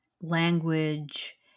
language